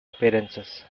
appearances